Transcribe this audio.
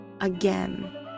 Again